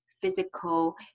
physical